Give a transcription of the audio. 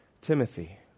Timothy